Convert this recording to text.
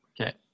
Okay